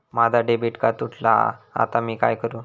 माझा debit card तुटला हा आता मी काय करू?